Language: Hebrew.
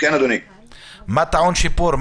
מה טעון שיפור?